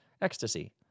ecstasy